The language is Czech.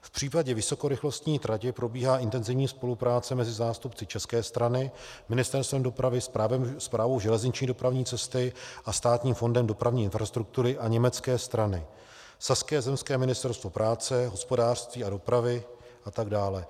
V případě vysokorychlostní trati probíhá intenzivní spolupráce mezi zástupci české strany, Ministerstvem dopravy, Správou železniční dopravní cesty, Státním fondem dopravní infrastruktury, a z německé strany saským zemským ministerstvem práce, hospodářství a dopravy a tak dále.